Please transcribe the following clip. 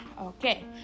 Okay